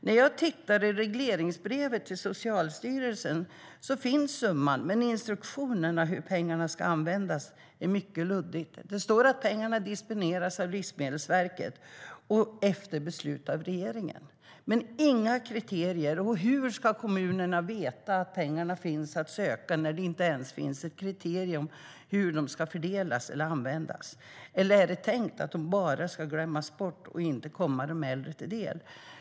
När jag tittar i regleringsbrevet till Socialstyrelsen finns summan, men instruktionen för hur pengarna ska användas är mycket luddig. Det står att pengarna disponeras av Livsmedelsverket efter beslut av regeringen. Men det finns inga kriterier. Hur ska kommunerna veta att pengarna finns att söka när det inte ens finns ett kriterium för hur de ska fördelas eller användas? Eller är det tänkt att de bara ska glömmas bort och inte komma de äldre till del?